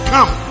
Come